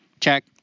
check